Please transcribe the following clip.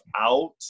out